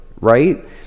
right